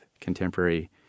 contemporary